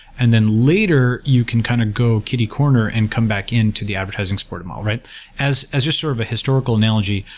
and then, later, you can kind of go kiddy corner and come back in to the advertising support model. as as just sort of a historical analogy,